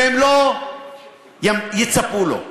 שהם לא יצפו לה.